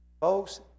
Folks